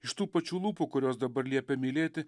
iš tų pačių lūpų kurios dabar liepia mylėti